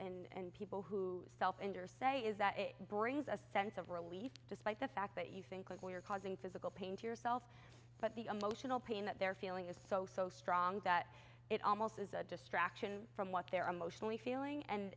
teens and people who self interest say is that it brings a sense of relief despite the fact that you think we are causing physical pain to yourself but the emotional pain that they're feeling is so so strong that it almost is a distraction from what they're emotionally feeling and